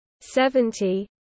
seventy